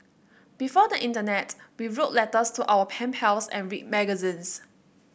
before the internet we wrote letters to our pen pals and read magazines